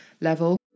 level